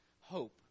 hope